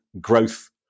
growth